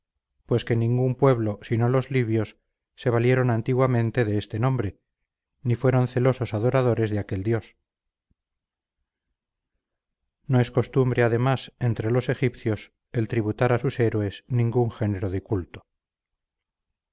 pues que ningún pueblo sino los libios se valieron antiguamente de este nombre ni fueron celosos adoradores de aquel dios no es costumbre además entre los egipcios el tributar a sus héroes ningún género de culto